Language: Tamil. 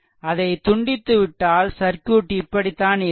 அதை துண்டித்துவிட்டால் சர்க்யூட் இப்படிதான் இருக்கும்